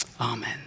Amen